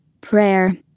Prayer